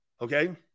okay